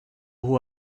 who